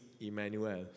Emmanuel